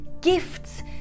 gifts